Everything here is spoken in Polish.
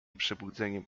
przebudzeniem